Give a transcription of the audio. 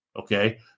okay